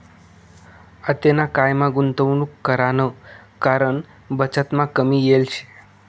आतेना कायमा गुंतवणूक कराना कारण बचतमा कमी येल शे